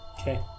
Okay